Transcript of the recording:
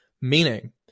Meaning